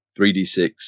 3d6